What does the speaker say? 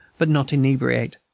but not inebriate.